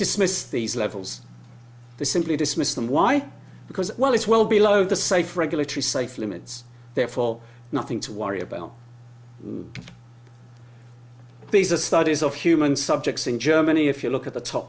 dismiss these levels they simply dismiss them why because well it's well below the safe regulatory safe limits therefore nothing to worry about these are studies of human subjects in germany if you look at the top